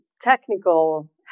technical